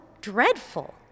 dreadful